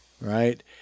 right